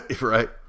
right